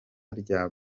rya